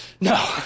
no